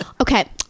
Okay